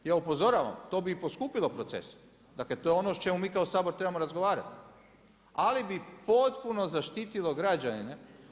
Ja upozoravam to bi i poskupilo proces, dakle to je ono o čemu mi kao Sabor trebamo razgovarati ali bi potpuno zaštitili građane.